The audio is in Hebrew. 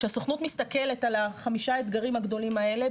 כשהסוכנות מסתכלת על החמישה אתגרים הגדולים האלה,